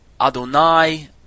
Adonai